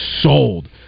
sold